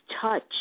touch